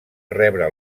rebre